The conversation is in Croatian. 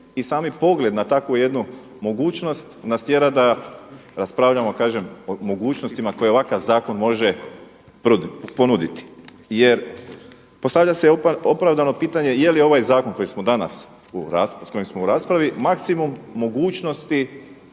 I sami pogleda na takvu jednu mogućnost nas tjera da raspravljamo o mogućnostima koje ovakav zakon može ponuditi. Jer postavlja se opravdano pitanje jeli ovaj zakon koji je danas u raspravi maksimum mogućnosti